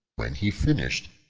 when he finished,